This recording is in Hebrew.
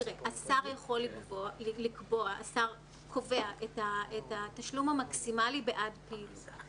השר קובע את התשלום המקסימלי בעד פעילות.